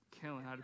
killing